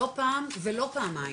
לא פעם ולא פעמיים,